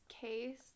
case